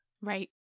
Right